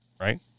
right